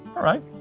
alright.